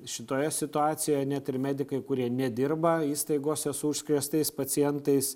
šitoje situacijoje net ir medikai kurie nedirba įstaigose su užkrėstais pacientais